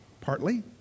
Partly